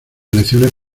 elecciones